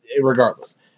regardless